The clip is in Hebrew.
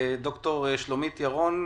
ד"ר שלומית ירון,